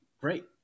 Great